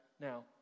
now